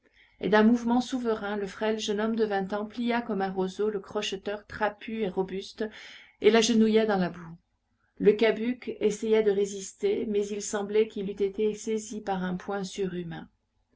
et d'un mouvement souverain le frêle jeune homme de vingt ans plia comme un roseau le crocheteur trapu et robuste et l'agenouilla dans la boue le cabuc essaya de résister mais il semblait qu'il eût été saisi par un poing surhumain